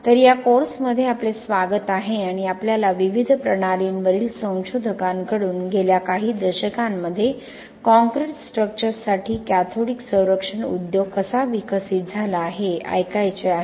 तर या कोर्समध्ये आपले स्वागत आहे आणि आपल्याला विविध प्रणालींवरील संशोधकाकडून गेल्या काही दशकांमध्ये कॉंक्रिट स्ट्रक्चर्ससाठी कॅथोडिक संरक्षण उद्योग कसा विकसित झाला हे ऐकायचे आहे